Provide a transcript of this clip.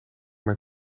mijn